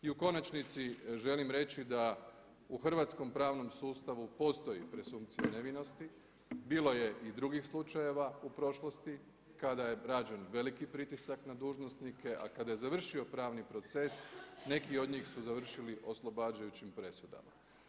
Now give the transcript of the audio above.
I u konačnici želim reći da u hrvatskom pravnom sustavu postoji presumpcija nevinosti, bilo je i drugih slučajeva u prošlosti kada je rađen veliki pritisak na dužnosnike, a kada je završio pravni proces neki od njih su završili oslobađajućim presudama.